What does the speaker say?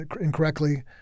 incorrectly